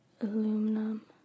aluminum